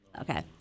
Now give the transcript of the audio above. Okay